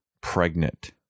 pregnant